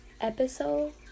episode